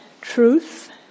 truth